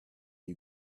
you